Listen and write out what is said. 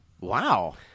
Wow